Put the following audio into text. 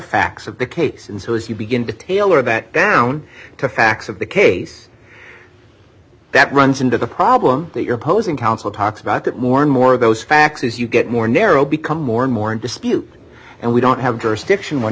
facts of the case and so as you begin to tailor that down to facts of the case that runs into the problem that you're posing counsel talks about that more and more those facts as you get more narrow become more and more in dispute and we don't have